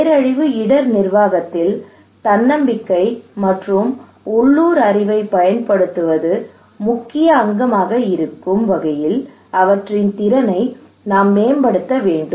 பேரழிவு இடர் நிர்வாகத்தில் தன்னம்பிக்கை மற்றும் உள்ளூர் அறிவைப் பயன்படுத்துவது முக்கிய அங்கமாக இருக்கும் வகையில் அவற்றின் திறனை நாம் மேம்படுத்த வேண்டும் மேம்படுத்த வேண்டும்